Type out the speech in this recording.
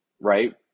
right